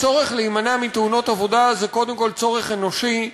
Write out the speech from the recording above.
הצורך להימנע מתאונות עבודה הוא קודם כול צורך אנושי,